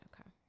Okay